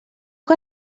que